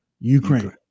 Ukraine